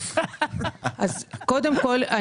קודם כל,